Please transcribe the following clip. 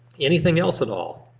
anything else at all?